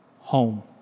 home